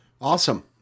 Awesome